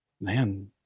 man